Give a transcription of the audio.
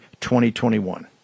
2021